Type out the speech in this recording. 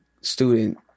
student